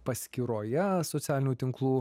paskyroje socialinių tinklų